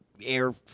air